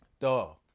Dog